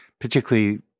particularly